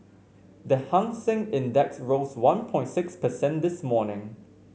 the Hang Seng Index rose one point six percent this morning